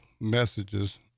messages